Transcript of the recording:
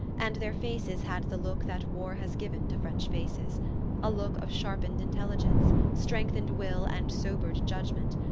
and their faces had the look that war has given to french faces a look of sharpened intelligence, strengthened will and sobered judgment,